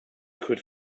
could